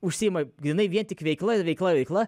užsiima grynai vien tik veikla veikla veikla